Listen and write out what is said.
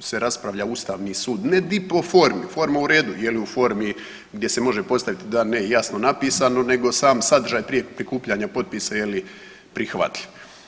se raspravlja Ustavni sud, ne … forme, forma je u redu, je li u formi gdje se može postaviti da je jasno napisano nego sam sadržaj prije prikupljanja potpisa je li prihvatljiv.